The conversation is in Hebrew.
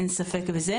אין ספק בזה.